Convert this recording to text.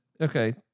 Okay